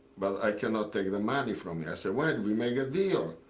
but i cannot take the money from you. i said, why? we make a deal.